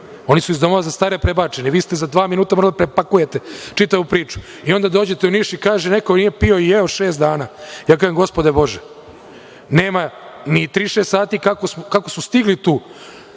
Oni su iz domova za starije prebačeni. Vi ste za dva minuta morali da prepakujete čitavu priču i onda dođete u Niš i kaže - neko nije pio i jeo šest dana. Ja kažem - gospode Bože. Nema ni tri, šest sati kako su stigli tu,